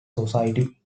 society